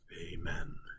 Amen